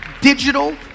Digital